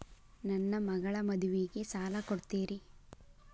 ನನ್ನ ಮಗಳ ಮದುವಿಗೆ ಸಾಲ ಕೊಡ್ತೇರಿ?